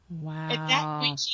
Wow